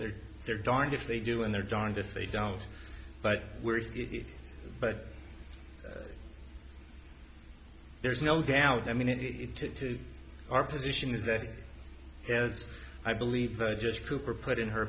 they're there darned if they do and they're darned if they don't but the but there's no doubt i mean it it took to our position is that he has i believe i just cooper put in her